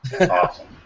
Awesome